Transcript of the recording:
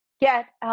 get